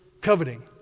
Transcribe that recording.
coveting